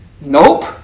Nope